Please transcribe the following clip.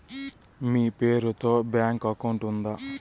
మీ పేరు తో bank account ఉందా?